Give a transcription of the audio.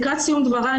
לקראת סיום דבריי,